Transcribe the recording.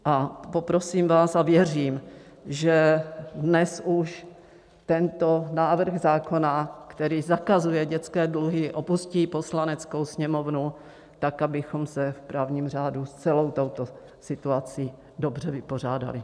A poprosím vás a věřím, že dnes už tento návrh zákona, který zakazuje dětské dluhy, opustí Poslaneckou sněmovnu, tak abychom se v právním řádu s celou touto situací dobře vypořádali.